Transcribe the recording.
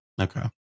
Okay